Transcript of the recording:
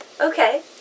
Okay